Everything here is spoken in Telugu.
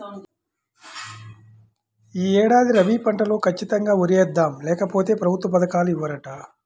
యీ ఏడాది రబీ పంటలో ఖచ్చితంగా వరే యేద్దాం, లేకపోతె ప్రభుత్వ పథకాలు ఇవ్వరంట